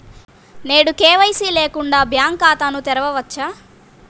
నేను కే.వై.సి లేకుండా బ్యాంక్ ఖాతాను తెరవవచ్చా?